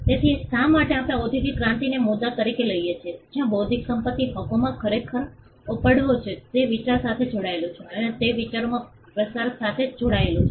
તેથી શા માટે આપણે ઓદ્યોગિક ક્રાંતિને તે મુદ્દા તરીકે લઈએ છીએ જ્યાં બૌદ્ધિક સંપત્તિ હકોમાં ખરેખર ઉપડ્યો છે તે વિચાર સાથે જોડાયેલું છે અને તે વિચારોના પ્રસાર સાથે જોડાયેલું છે